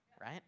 right